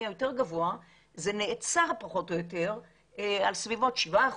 היותר גבוה זה נעצר פחות או יותר על סביבות 7%,